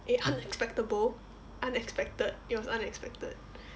eh unexpectable unexpected it was unexpected